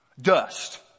dust